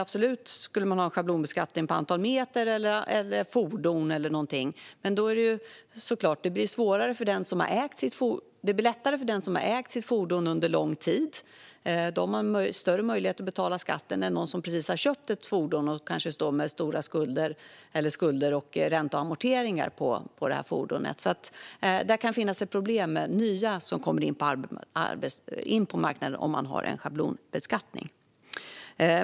Visst kan man ha en schablonbeskattning på exempelvis antalet fordon, men då blir det lättare för dem som ägt sitt fordon under lång tid. De har större möjlighet att betala skatt än någon som precis har köpt ett fordon och kanske står med stora skulder, räntor och amorteringar på fordonet. Det kan alltså finnas ett problem med nya som kommer in på marknaden om man har en schablonbeskattning.